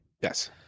Yes